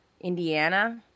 Indiana